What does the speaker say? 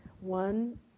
One